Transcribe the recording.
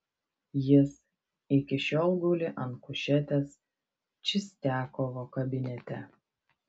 jis iki šiol guli ant kušetės čistiakovo kabinete